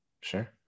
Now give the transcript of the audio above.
Sure